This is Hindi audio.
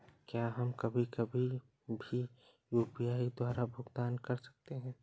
क्या हम कभी कभी भी यू.पी.आई द्वारा भुगतान कर सकते हैं?